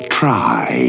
try